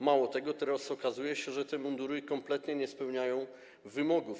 Mało tego, teraz okazuje się, że te mundury kompletnie nie spełniają wymogów.